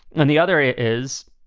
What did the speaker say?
on the other is,